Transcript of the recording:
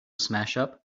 smashup